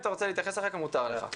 אם אתה רוצה אחר כך להתייחס, מותר לך.